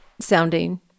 sounding